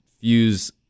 fuse